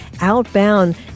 outbound